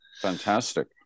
Fantastic